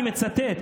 אני מצטט,